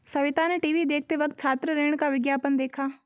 सविता ने टीवी देखते वक्त छात्र ऋण का विज्ञापन देखा